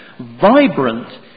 Vibrant